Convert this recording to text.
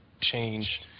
change